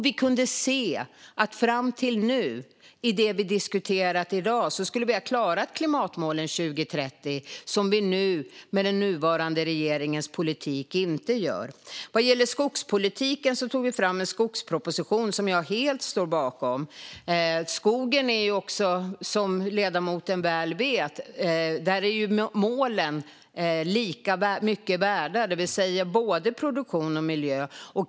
Vi har i dag diskuterat hur vi ska klara klimatmålen till 2030, som vi med den nuvarande regeringens politik inte kommer att göra. Vad gäller skogspolitiken tog vi fram en skogsproposition, som jag helt står bakom. Precis som ledamoten väl vet är målen för skogen lika mycket värda, det vill säga både produktion och miljö.